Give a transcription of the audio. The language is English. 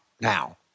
now